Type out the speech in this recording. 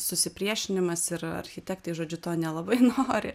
susipriešinimas ir architektai žodžiu to nelabai nori